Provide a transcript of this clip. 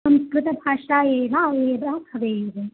संस्कृतभाषा एव एव भवेयुः